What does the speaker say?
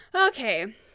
Okay